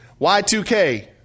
Y2K